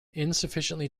insufficiently